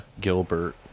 gilbert